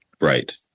Right